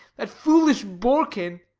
that foolish borkin